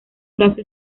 brazo